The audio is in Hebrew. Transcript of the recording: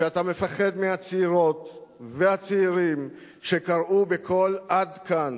שאתה מפחד מהצעירות והצעירים שקראו בקול "עד כאן",